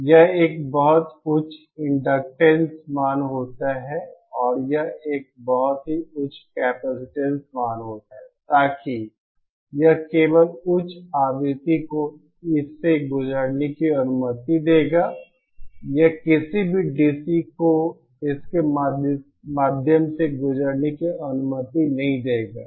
यह एक बहुत उच्च इंडक्टेंस मान होता है और यह एक बहुत ही उच्च कैपेसिटेंस मान होता है ताकि यह केवल उच्च आवृत्ति को इस से गुजरने की अनुमति देगा यह किसी भी DC को इसके माध्यम से गुजरने की अनुमति नहीं देगा